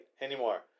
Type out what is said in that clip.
anymore